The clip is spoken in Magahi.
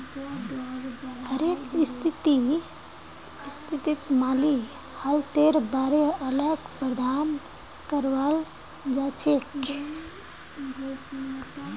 हरेक स्थितित माली हालतेर बारे अलग प्रावधान कराल जाछेक